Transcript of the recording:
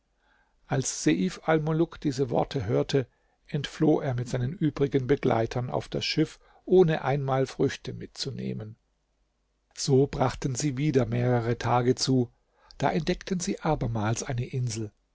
als seif almuluk diese worte hörte entfloh er mit seinen übrigen begleitern auf das schiff ohne einmal früchte mitzunehmen so brachten sie wieder mehrere tage zu da entdeckten sie abermals eine insel